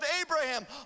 Abraham